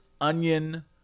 onion